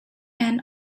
and